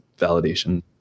validation